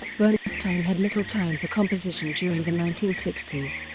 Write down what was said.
bernstein had little time for composition during the nineteen sixty s.